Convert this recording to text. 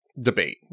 debate